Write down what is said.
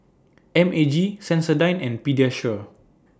M A G Sensodyne and Pediasure